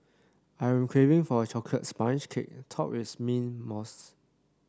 I am craving for a chocolate sponge cake topped with mint mousse